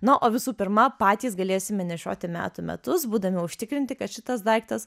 na o visų pirma patys galėsime nešioti metų metus būdami užtikrinti kad šitas daiktas